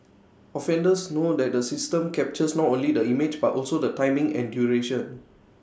offenders know that the system captures not only the image but also the timing and duration